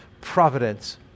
providence